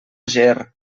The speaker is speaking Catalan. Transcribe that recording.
ger